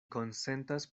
konsentas